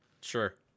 Sure